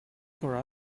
for